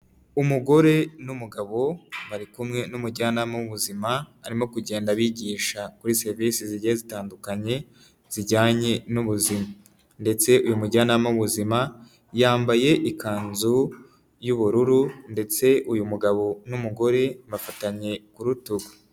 Umugore n'umugabo bari kumwe n'umujyanama w'ubuzima, arimo kugenda abigisha kuri serivisi zigiye zitandukanye zijyanye n'ubuzima ndetse uyu mujyanama w'ubuzima yambaye ikanzu y'ubururu ndetse uyu mugabo n'umugore bafatanye ku rutugu.